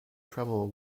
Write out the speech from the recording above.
trouble